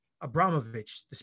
Abramovich